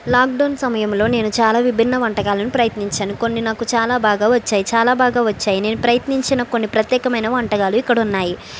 lockdown సమయంలో నేను చాలా విభిన్న వంటకాలను ప్రయత్నించాను కొన్ని నాకు చాలా బాగా వచ్చాయి చాలా బాగా వచ్చాయి నేను ప్రయత్నించిన కొన్ని ప్రత్యేకమైన వంటకాలు ఇక్కడ ఉన్నాయి